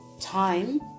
time